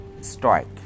strike